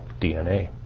DNA